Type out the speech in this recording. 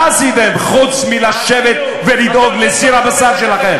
מה עשיתם חוץ מלשבת ולדאוג לסיר הבשר שלכם?